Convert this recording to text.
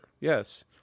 Yes